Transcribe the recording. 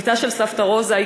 בתה של סבתא רוזה,